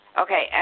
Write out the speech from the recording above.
Okay